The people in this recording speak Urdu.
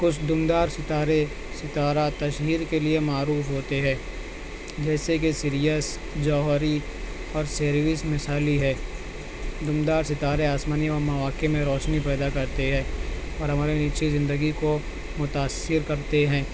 کچھ دمدار ستارے ستارہ تشہیر کے لیے معروف ہوتے ہے جیسے کہ سریس جوہری اور سیروس مثالی ہے دمدار ستارے آسمانی و مواقع میں روشنی پیدا کرتے ہے اور ہمارے نیچے زندگی کو متأثر کرتے ہیں